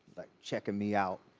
like checkin me out.